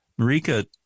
Marika